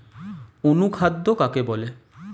অনুখাদ্য কাকে বলে?